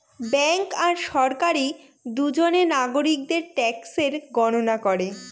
bank আর সরকারি দুজনে নাগরিকদের ট্যাক্সের গণনা করে